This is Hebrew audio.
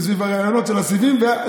לב רחב ושכל